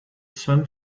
sun